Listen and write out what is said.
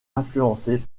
influencé